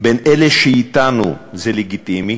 בין אלה שאתנו, וזה לגיטימי